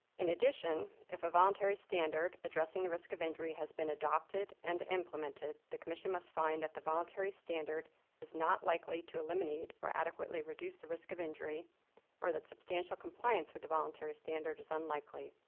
in addition, if a voluntary standard addressing the risk of injury has been adopted and implemented, the commission must find that the voluntary standard is not likely to eliminate or adequately reduce the risk of injury or that substantial compliance with the voluntary standard is unlikely.